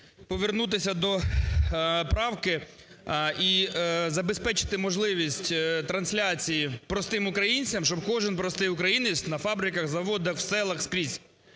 повернутися до правки і забезпечити можливість трансляції простим українцям, щоб кожен простий українець на фабриках, заводах, в селах, скрізь